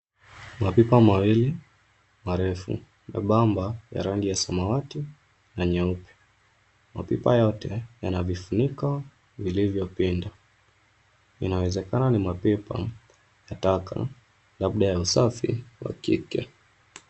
Mapipa mawili marefu nyebamba ya rangi ya samawati na nyeupe. Mapipa yote yana vifuniko vilivyopinda, vinawezekana ni mapipa ya taka labda ya usafi wa kike.